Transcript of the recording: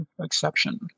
exception